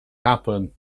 happen